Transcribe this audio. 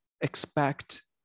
expect